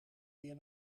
weer